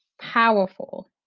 powerful